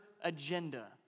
agenda